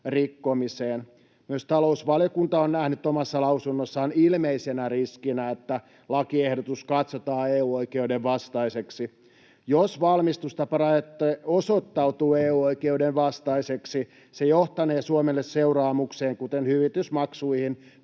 Myös talousvaliokunta on nähnyt omassa lausunnossaan ilmeisenä riskinä, että lakiehdotus katsotaan EU-oikeuden vastaiseksi. Jos valmistustaparajoite osoittautuu EU-oikeuden vastaiseksi, se johtanee Suomelle seuraamukseen, kuten hyvitysmaksuihin